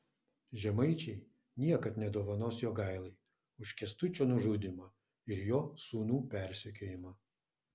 žemaičiai niekad nedovanos jogailai už kęstučio nužudymą ir jo sūnų persekiojimą